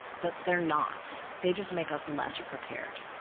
but they're not, they just make us less prepared.